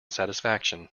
satisfaction